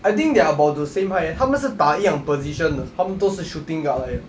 I think they are about the same height eh 他们是打一样 position 的他们都是 shooting guard 来的